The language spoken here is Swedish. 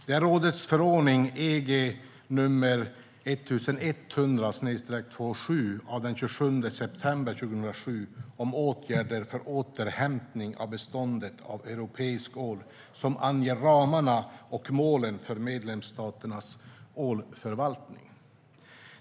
Det är rådets förordning nr 1100/2007 av den 27 september 2007 om åtgärder för återhämtning av beståndet av europeisk ål som anger ramarna och målen för medlemsstaternas ålförvaltning.